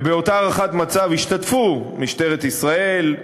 ובאותה הערכת מצב השתתפו משטרת ישראל,